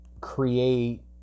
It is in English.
create